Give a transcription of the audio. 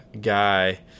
guy